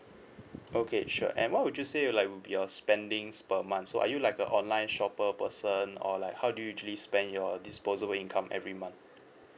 okay sure and what would you say like will be your spendings per month so are you like a online shopper person or like how do you usually spend your disposable income every month